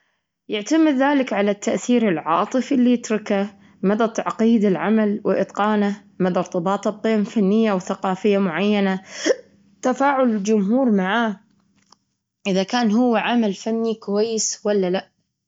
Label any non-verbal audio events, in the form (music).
يعتمد ذلك على التأثير العاطفي اللي يتركه، مدى تعقيد العمل واتقانه، مدى ارتباطه بقيم فنية وثقافية معينة، (noise) تفاعل الجمهور معاه. إذا كان هو عمل فني كويس ولا لا؟